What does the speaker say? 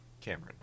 Cameron